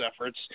efforts